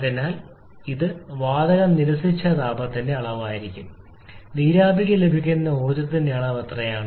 അതിനാൽ ഇത് വാതകം നിരസിച്ച താപത്തിന്റെ അളവായിരിക്കും നീരാവിക്ക് ലഭിക്കുന്ന ഊർജ്ജത്തിന്റെ അളവ് എത്രയാണ്